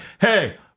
hey